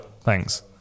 Thanks